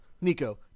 Nico